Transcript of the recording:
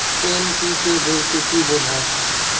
NPK বলতে কী বোঝায়?